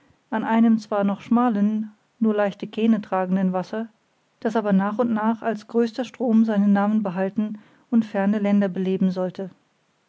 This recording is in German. an einem zwar noch schmalen nur leichte kähne tragenden wasser das aber nach und nach als größter strom seinen namen behalten und ferne länder beleben sollte